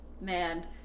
man